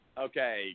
Okay